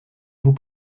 vous